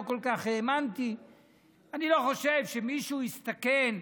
אני לא חושב שמישהו יסתכן,